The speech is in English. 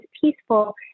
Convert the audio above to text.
peaceful